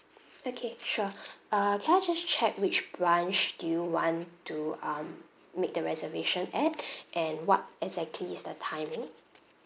okay sure uh can I just check which branch do you want to um make the reservation at and what exactly is the timing